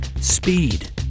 Speed